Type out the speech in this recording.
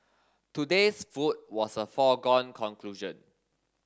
today's food was a foregone conclusion